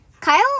Kyle